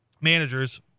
managers